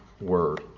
word